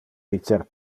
dicer